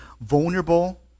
vulnerable